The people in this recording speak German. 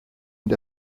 und